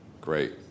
Great